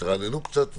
תתרעננו קצת,